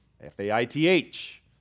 F-A-I-T-H